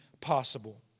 possible